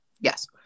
yes